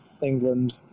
england